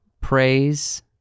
Praise